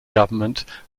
government